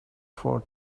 for